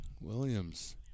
Williams